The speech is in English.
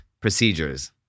procedures